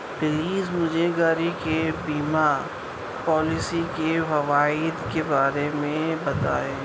please مجھے گاڑی کے بیمہ پالیسی کے فوائد کے بارے میں بتائیں